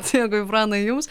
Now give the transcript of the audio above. dėkui pranai jums